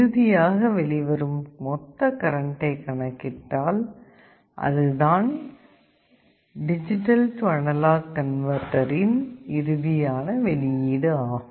இறுதியாக வெளிவரும் மொத்த கரண்ட்டைக் கணக்கிட்டால் அதுதான் DAC கன்வர்ட்டரின் இறுதியான வெளியீடு ஆகும்